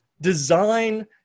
design